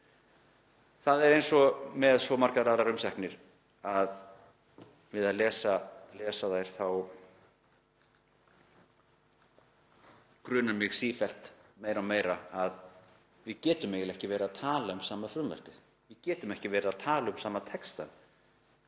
Það er eins og með svo margar aðrar umsagnir að við að lesa þær grunar mig sífellt meira og meira að við getum eiginlega ekki verið að tala um sama frumvarpið. Við getum ekki verið að tala um sama textann